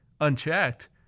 unchecked